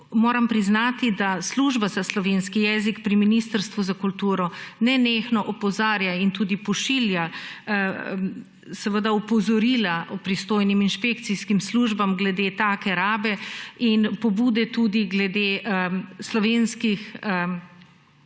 moram priznati, da služba za slovenski jezik pri Ministrstvu za kulturo nenehno opozarja in tudi pošilja opozorila pristojnim inšpekcijskim službam glede take rabe in pobude. Tudi glede slovenskih